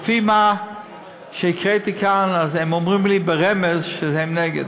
לפי מה שהקראתי כאן הם אומרים לי ברמז שהם נגד.